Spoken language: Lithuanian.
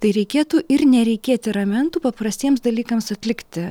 tai reikėtų ir nereikėti ramentų paprastiems dalykams atlikti